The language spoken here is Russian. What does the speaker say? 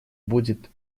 будет